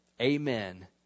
Amen